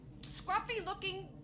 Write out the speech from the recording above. scruffy-looking